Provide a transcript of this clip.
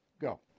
Go